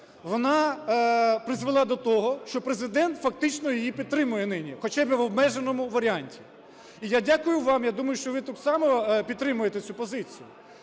вона призвела до того, що Президент фактично її підтримує нині, хоча і в обмеженому варіанті. І я дякую вам. Я думаю, що ви так само підтримуєте цю позицію.